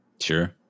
Sure